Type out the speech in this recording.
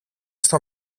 στο